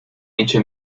hecho